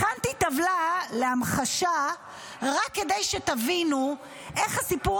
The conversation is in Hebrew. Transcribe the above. הכנתי טבלה להמחשה רק כדי שתבינו איך הסיפור